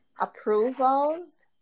approvals